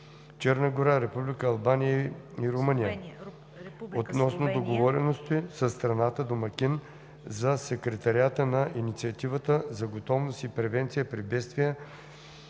Република Албания и Румъния), относно договореностите със страната домакин за Секретариата на Инициативата за готовност и превенция при бедствия